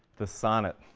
the sonnet.